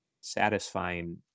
satisfying